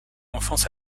enfance